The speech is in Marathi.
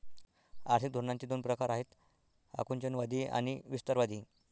आर्थिक धोरणांचे दोन प्रकार आहेत आकुंचनवादी आणि विस्तारवादी